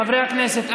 חברי הכנסת,